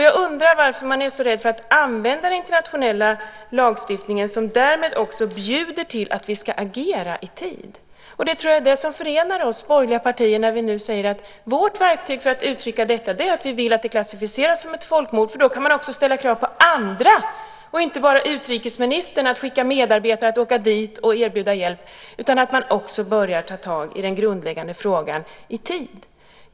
Jag undrar varför man är så rädd för att använda den internationella lagstiftningen som bjuder till att vi ska agera i tid. Det som förenar oss borgerliga partier är att vi nu säger att vårt verktyg för att uttrycka detta är att vi vill att det klassificeras som ett folkmord, för då kan man också ställa krav på andra än bara på utrikesministern att skicka dit medarbetare, erbjuda hjälp och börja ta tag i den grundläggande frågan i tid.